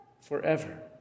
forever